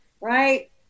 right